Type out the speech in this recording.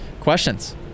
questions